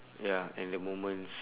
ya and the moments